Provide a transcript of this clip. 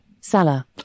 Salah